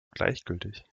gleichgültig